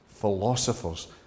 philosophers